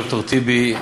ד"ר טיבי,